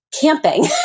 camping